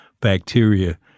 bacteria